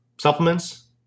supplements